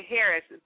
Harris